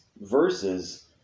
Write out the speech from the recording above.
verses